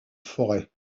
forêt